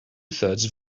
thirds